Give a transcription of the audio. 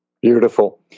Beautiful